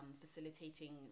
facilitating